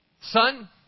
son